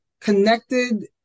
connected